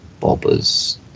Bobbers